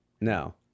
No